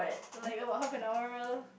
like oh what half an hour